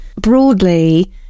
broadly